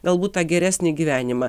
galbūt tą geresnį gyvenimą